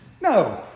No